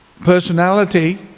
personality